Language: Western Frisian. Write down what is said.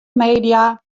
media